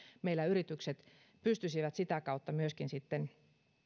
meillä yritykset pystyisivät sitä kautta myöskin sitten